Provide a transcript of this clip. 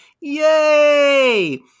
Yay